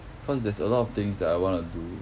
cause there's a lot of things that I want to do